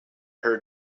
heard